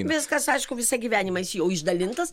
viskas aišku visą gyvenimą jis jau išdalintas